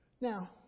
Now